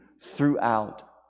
throughout